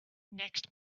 next